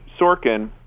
Sorkin